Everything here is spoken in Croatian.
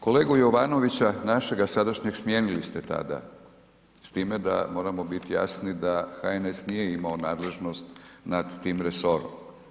Kolegu Jovanovića, našega sadašnjeg smijenili ste tada s time da moramo bit jasni da HNS nije imao nadležnost nad tim resorom.